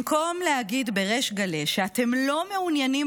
במקום להגיד בריש גלי שאתם לא מעוניינים